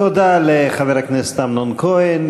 תודה לחבר הכנסת אמנון כהן.